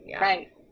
Right